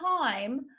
time